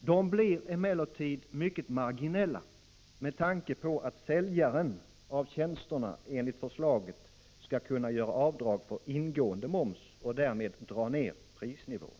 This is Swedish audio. Dessa blir emellertid mycket marginella med tanke på att säljaren av tjänsterna enligt förslaget skall kunna göra avdrag för ingående moms och därmed dra ner prisnivån.